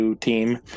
team